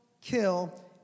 kill